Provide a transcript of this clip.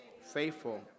faithful